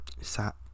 Sat